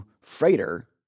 freighter